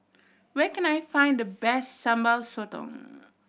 where can I find the best Sambal Sotong